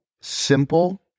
simple